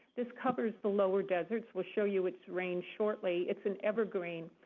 this covers the lower deserts. we'll show you its range shortly. it's an evergreen.